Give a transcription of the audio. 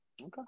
Okay